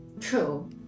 True